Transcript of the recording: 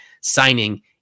signing